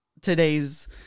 today's